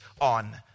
on